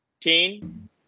teen